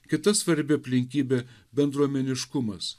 kita svarbi aplinkybė bendruomeniškumas